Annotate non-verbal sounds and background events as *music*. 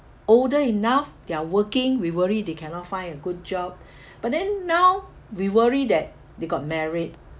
older enough they're working we worry they cannot find a good job *breath* but then now we worry that they got married